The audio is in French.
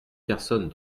personnes